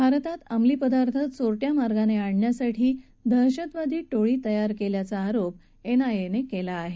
भारतात अमली पदार्थ चोरट्या मार्गाने आणण्यासाठी दहशतवादी टोळी तयार केल्याचा आरोप एन आय ए ने केला आहे